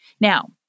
Now